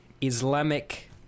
Islamic